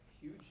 Huge